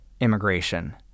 immigration